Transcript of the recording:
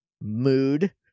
mood